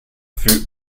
fut